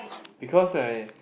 because right